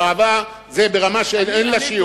זאת אהבה, זה ברמה שאין לה שיעור.